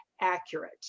accurate